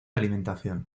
alimentación